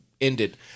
ended